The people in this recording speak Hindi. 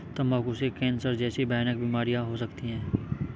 तंबाकू से कैंसर जैसी भयानक बीमारियां हो सकती है